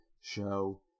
show